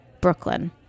Brooklyn